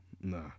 Nah